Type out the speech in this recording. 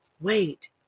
wait